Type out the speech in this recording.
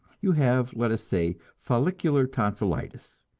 you have, let us say, follicular tonsilitis.